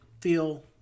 feel